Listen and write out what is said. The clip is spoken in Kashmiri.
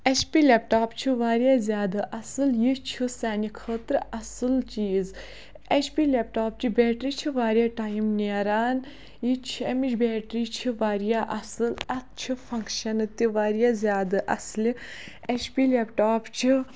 اٮ۪چ پی لیپٹاپ چھُ واریاہ زیادٕ اَصٕل یہِ چھُ سانہِ خٲطرٕ اَصٕل چیٖز اٮ۪چ پی لیپٹاپچہِ بیٹری چھِ واریاہ ٹایِم نیران یہِ چھِ اَمِچ بیٹری چھِ واریاہ اَصٕل اَتھ چھِ فنٛکشَنہٕ تہِ واریاہ زیادٕ اَصلہِ اٮ۪چ پی لیپٹاپ چھِ